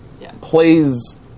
plays